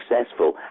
successful